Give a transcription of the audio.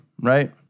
right